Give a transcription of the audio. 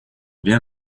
bien